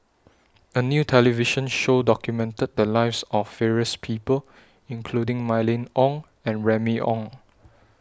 A New television Show documented The Lives of various People including Mylene Ong and Remy Ong